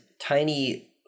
tiny